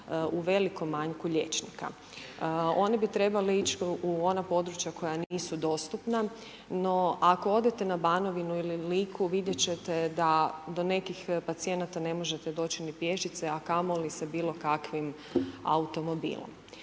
u velikom manjku liječnika. Oni bi trebali ići u ona područja koja nisu dostupna, no ako odete na Banovinu ili Liku vidjet ćete da do nekih pacijenata ne možete doći ni pješice, a kamoli sa bilo kakvim automobilom.